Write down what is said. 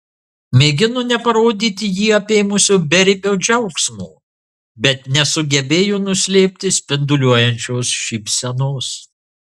mėgino neparodyti jį apėmusio beribio džiaugsmo bet nesugebėjo nuslėpti spinduliuojančios šypsenos